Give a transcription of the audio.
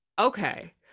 okay